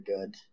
good